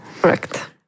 Correct